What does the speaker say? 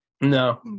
No